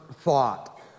thought